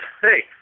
hey